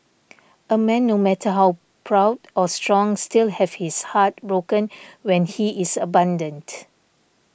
a man no matter how proud or strong still have his heart broken when he is abandoned